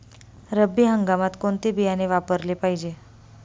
रब्बी हंगामात कोणते बियाणे वापरले पाहिजे?